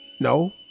no